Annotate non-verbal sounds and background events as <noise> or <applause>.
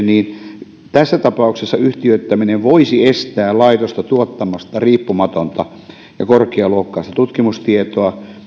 <unintelligible> niin tässä tapauksessa yhtiöittäminen voisi estää laitosta tuottamasta riippumatonta ja korkealuokkaista tutkimustietoa